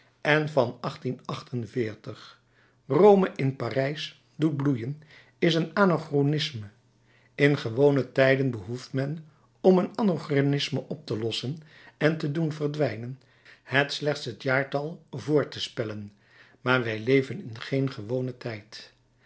en van rome in parijs doet bloeien is een anachronisme in gewone tijden behoeft men om een anachronisme op te lossen en te doen verdwijnen het slechts het jaartal voor te spellen maar wij leven in geen gewonen tijd